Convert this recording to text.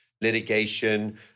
litigation